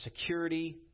security